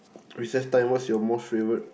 recess time what's your most favorite